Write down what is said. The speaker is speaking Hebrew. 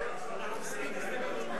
אנחנו מסירים.